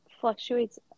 fluctuates